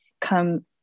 come